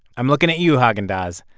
i'm looking at you, haagen-dazs.